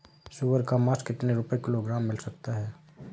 सुअर का मांस कितनी रुपय किलोग्राम मिल सकता है?